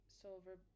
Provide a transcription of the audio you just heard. silver